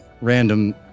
random